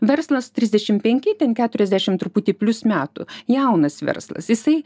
verslas trisdešim penki ten keturiasdešim truputį plius metų jaunas verslas jisai